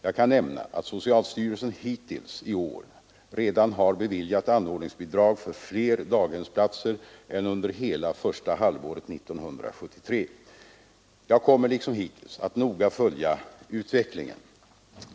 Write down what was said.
Jag kan nämna att socialstyrelsen hittills i år redan har beviljat anordningsbidrag för fler daghemsplatser än under hela första halvåret 1973. Jag kommer liksom hittills att noga följa utvecklingen.